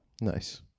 Nice